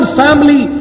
family